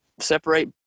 separate